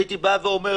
הייתי אומר,